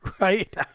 right